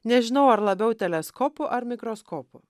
nežinau ar labiau teleskopu ar mikroskopu